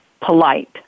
polite